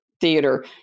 theater